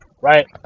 right